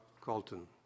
Colton